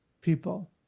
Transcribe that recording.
people